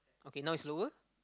okay now it's lower